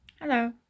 Hello